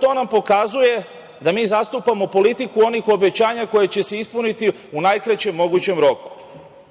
To nam pokazuje da mi zastupamo politiku onih obećanja koja će se ispuniti u najkraćem mogućem roku.